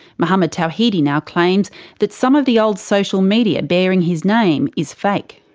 mohammed tawhidi now claims that some of the old social media bearing his name is fake.